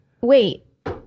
wait